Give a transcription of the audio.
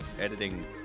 editing